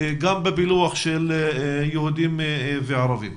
גם בפילוח של יהודים וערבים.